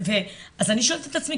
אז אני שואלת את עצמי,